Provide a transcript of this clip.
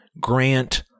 Grant